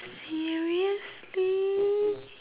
seriously